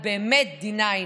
באמת עם D9,